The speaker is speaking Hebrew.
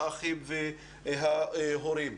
האחים וההורים.